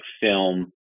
film